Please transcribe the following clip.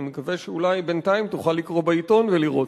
אני מקווה שאולי בינתיים תוכל לקרוא בעיתון ולראות,